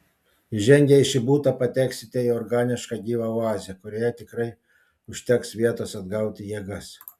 įžengę į šį butą pateksite į organišką gyvą oazę kurioje tikrai užteks vietos atgauti jėgas